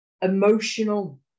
emotional